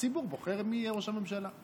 הציבור בוחר מי יהיה ראש הממשלה.